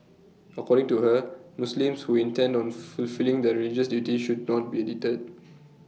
according to her Muslims who intend on full fulfilling their religious duties should not be deterred